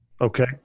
Okay